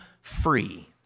free